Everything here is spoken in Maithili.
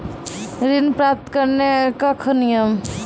ऋण प्राप्त करने कख नियम?